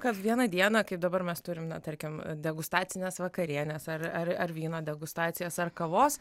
kad vieną dieną kaip dabar mes turim na tarkim degustacines vakarienes ar ar ar vyno degustacijas ar kavos